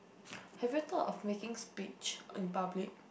have you thought of making speech in public